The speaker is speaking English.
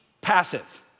passive